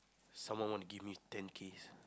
someone want to give me ten kiss